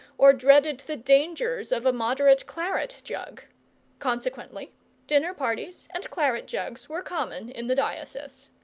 or dreaded the dangers of a moderate claret-jug consequently dinner-parties and claret-jugs were common in the diocese.